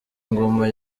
ngoma